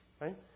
right